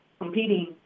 competing